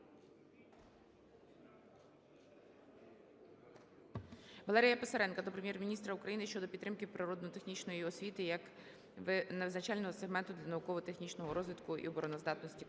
Валерія Писаренка до Прем'єр-міністра України щодо підтримки природничо-технічної освіти, як визначального сегменту для науково-технічного розвитку і обороноздатності